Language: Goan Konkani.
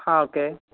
हां ऑके